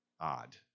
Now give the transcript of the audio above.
odd